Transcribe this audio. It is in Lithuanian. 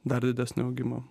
dar didesnio augimo